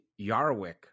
Yarwick